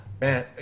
man